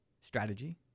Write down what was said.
strategy